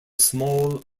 small